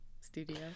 studio